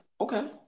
okay